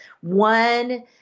one